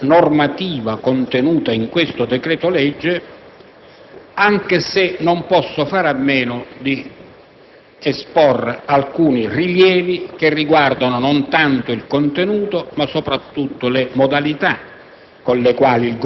alla normativa contenuta nel decreto-legge al nostro esame, anche se non posso fare a meno di esporre alcuni rilievi, che riguardano non tanto il contenuto, quanto soprattutto le modalità